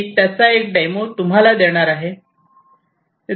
मी त्याचा एक डेमो तुम्हाला देणार आहे